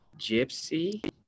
Gypsy